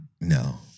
No